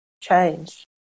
change